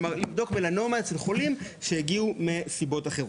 כלומר לבדוק מלנומה אצל חולים שהגיעו מסיבות אחרות.